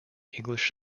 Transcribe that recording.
english